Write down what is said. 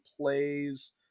plays